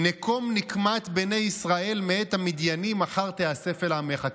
"נקם נקמת בני ישראל מאת המדינים אחר תאסף אל עמיך".